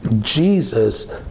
Jesus